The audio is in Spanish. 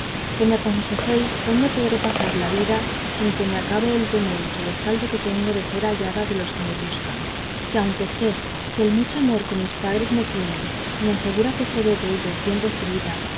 que me aconsejéis dónde podré pasar la vida sin que me acabe el temor y sobresalto que tengo de ser hallada de los que me buscan que aunque sé que el mucho amor que mis padres me tienen me asegura que seré dellos bien recebida